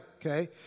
Okay